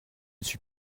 suis